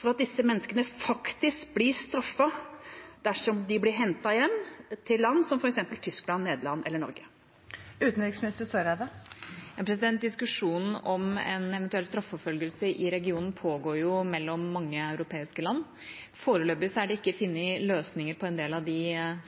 for at disse menneskene faktisk blir straffet dersom de blir hentet hjem til land som f.eks. Tyskland, Nederland eller Norge. Diskusjonen om en eventuell straffeforfølgelse i regionen pågår jo mellom mange europeiske land. Foreløpig er det ikke funnet løsninger på en del av de